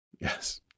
Yes